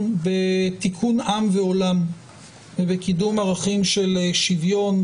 בתיקון עם ועולם ובקידום ערכים של שוויון,